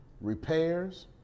repairs